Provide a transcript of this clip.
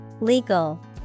Legal